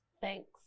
Thanks